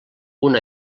una